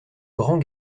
grands